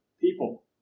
people